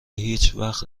هیچوقت